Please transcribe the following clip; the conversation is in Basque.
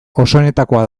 osoenetakoa